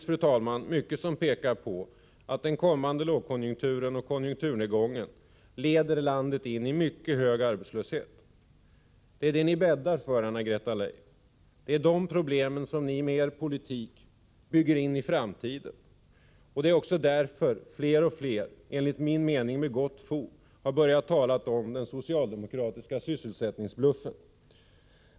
Det finns mycket som pekar på att kommande lågkonjunktur och konjunkturnedgång leder landet in i en mycket hög arbetslöshet. Det är det ni bäddar för, Anna-Greta Leijon! Det är dessa problem som ni med er politik bygger in för framtiden. Det är därför som fler och fler, enligt min mening med gott fog, börjat tala om den socialdemokratiska sysselsättningsbluffen.